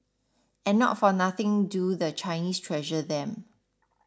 and not for nothing do the Chinese treasure them